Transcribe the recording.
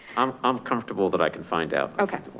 um i'm comfortable that i can find out. okay.